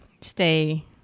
stay